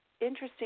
interesting